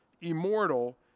immortal